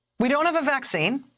we don't have a vaccine.